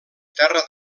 terra